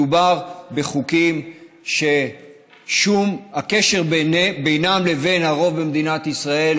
מדובר בחוקים שהקשר בינם לבין הרוב במדינת ישראל,